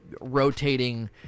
rotating